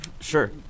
Sure